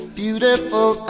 beautiful